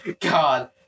God